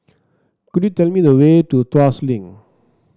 could you tell me the way to Tuas Link